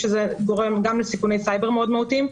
משום שזה גורם גם לסיכוני סייבר מאוד מהותיים,